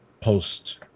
post